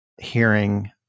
hearing